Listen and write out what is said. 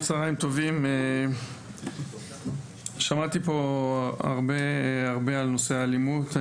צהריים טובים, שמעתי פה הרבה על נושא האלימות.